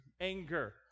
anger